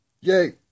Yay